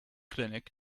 clinic